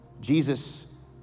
Jesus